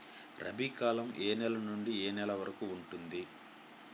రబీ కాలం ఏ నెల నుండి ఏ నెల వరకు ఉంటుంది?